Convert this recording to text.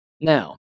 now